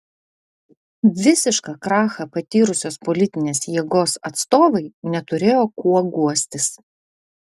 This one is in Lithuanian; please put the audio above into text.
visišką krachą patyrusios politinės jėgos atstovai neturėjo kuo guostis